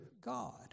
God